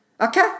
okay